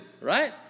Right